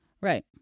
Right